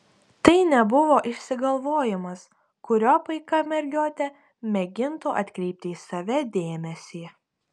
tai nebuvo išsigalvojimas kuriuo paika mergiotė mėgintų atkreipti į save dėmesį